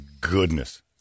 goodness